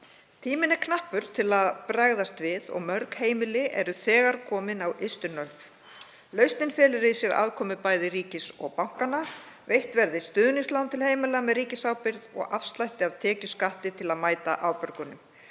Tíminn er knappur til að bregðast við og mörg heimili eru þegar komin út á ystu nöf. Lausnin felur í sér aðkomu bæði ríkisins og bankanna. Veitt verði stuðningslán til heimila með ríkisábyrgð og afslætti af tekjuskatti til að mæta afborgunum.